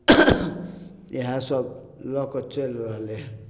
इएह सब लअ कऽ चलि रहलय हँ